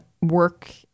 work